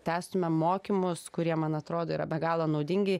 tęstumėm mokymus kurie man atrodo yra be galo naudingi